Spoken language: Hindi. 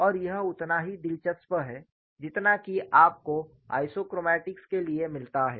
और यह उतना ही दिलचस्प है जितना कि आपको आइसोक्रोमैटिक्स के लिए मिलता है